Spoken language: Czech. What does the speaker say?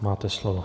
Máte slovo.